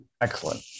Excellent